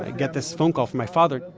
and get this phone call from my father.